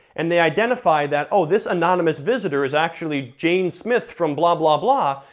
and they identify that, oh, this anonymous visitor is actually jane smith from blah, blah, blah,